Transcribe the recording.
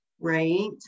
right